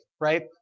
right